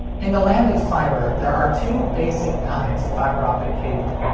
in the land of fiber, there are two basic kinds of fiber optic cabling.